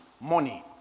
Money